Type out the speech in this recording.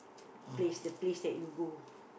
place the place that you go